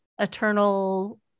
eternal